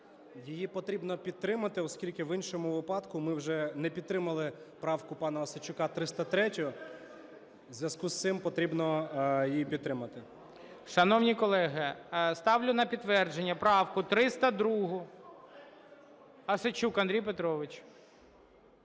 Її потрібно підтримати, оскільки в іншому випадку... ми вже не підтримали правку пана Осадчука 303, в зв'язку із цим потрібно її підтримати. ГОЛОВУЮЧИЙ. Шановні колеги, ставлю на підтвердження правку 302. Осадчук Андрій Петрович.